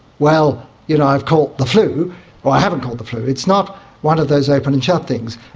well, you know, i've caught the flu or i haven't caught the flu, it's not one of those open and shut things.